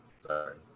sorry